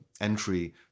entry